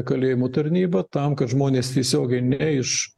kalėjimų tarnyba tam kad žmonės tiesiogiai ne iš